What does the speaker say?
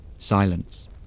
Silence